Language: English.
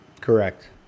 Correct